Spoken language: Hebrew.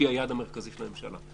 שזה היעד המרכזי של הממשלה.